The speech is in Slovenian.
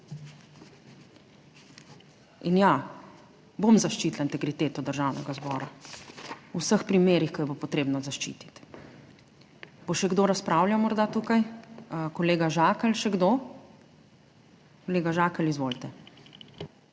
In ja, bom zaščitila integriteto Državnega zbora v vseh primerih, ko jo bo potrebno zaščititi. Bo še kdo razpravljal, morda tukaj? Kolega Žakelj. Še kdo? Kolega Žakelj, izvolite.